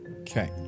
Okay